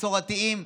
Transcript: מסורתיים,